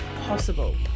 possible